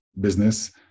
business